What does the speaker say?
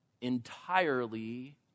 entirely